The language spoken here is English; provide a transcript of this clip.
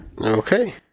Okay